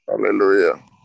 Hallelujah